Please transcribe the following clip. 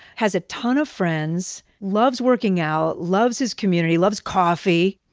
has a ton of friends, loves working out, loves his community, loves coffee.